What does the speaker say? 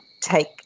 take